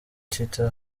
twitter